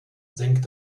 senkt